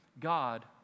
God